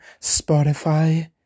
Spotify